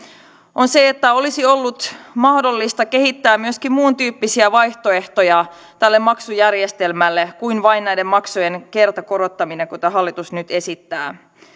on se että olisi ollut mahdollista kehittää myöskin muuntyyppisiä vaihtoehtoja tälle maksujärjestelmälle kuin vain näiden maksujen kertakorottaminen kuten hallitus nyt esittää